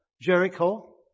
Jericho